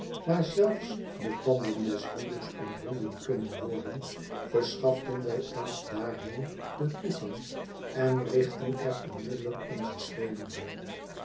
waar zelfs de banden des huwelijks ontbonden kunnen worden verschaften wij ons daarheen den toegang en richtten er onmiddellijk onze schreden heen